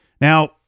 Now